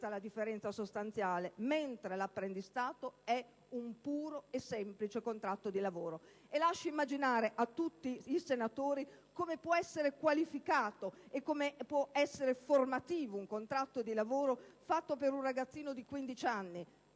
la differenza sostanziale, mentre l'apprendistato è un puro e semplice contratto di lavoro. Lascio immaginare a tutti i senatori come può essere qualificato e come può essere formativo un contratto di lavoro fatto per un ragazzino di 15 anni,